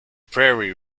prairie